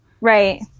right